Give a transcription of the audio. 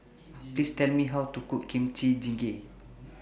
Please Tell Me How to Cook Kimchi Jjigae